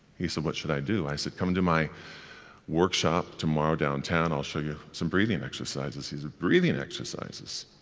he said, what should i do? i said, come to my workshop tomorrow downtown, i'll show you some breathing exercises. he said, breathing and exercises?